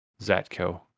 Zatko